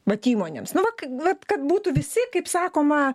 vat įmonėms nu va vat kad būtų visi kaip sakoma